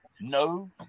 no